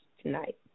tonight